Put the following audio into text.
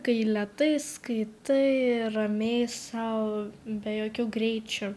kai lėtai skaitai ir ramiai sau be jokių greičių